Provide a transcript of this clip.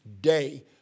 day